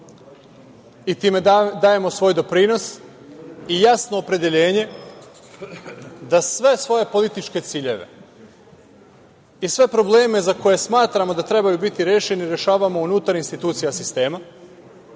i time dajemo svoj doprinos i jasno opredeljenje da sve svoje političke ciljeve i sve probleme za koje smatramo da trebaju biti rešeni, rešavamo unutar institucija sistema,